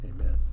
Amen